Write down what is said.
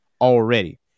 already